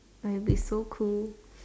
I will be so cool